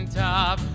top